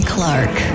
Clark